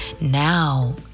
now